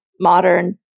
modern